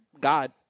God